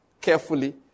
carefully